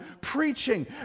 preaching